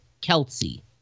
Kelsey